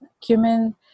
cumin